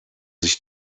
sich